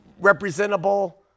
representable